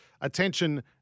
Attention